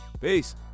Peace